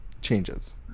changes